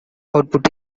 output